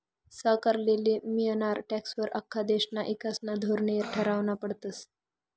सरकारले मियनारा टॅक्सं वर आख्खा देशना ईकासना धोरने ठरावना पडतस